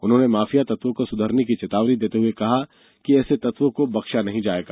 उन्होंने माफिया तत्वों को सुधरने की चेतावनी देते हुए कहा कि ऐसे तत्वों को बख्शा नहीं जायेगा